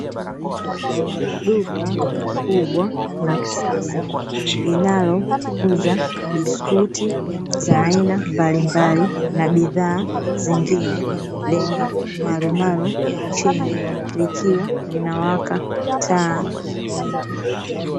Duka kubwa la kisasa linalouza biskuti za aina mbalimbali na bidhaa zingine, lenyemarumaru, chini likiwa linawaka taa.